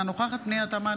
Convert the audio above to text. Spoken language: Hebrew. אינה נוכחת פנינה תמנו,